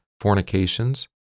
fornications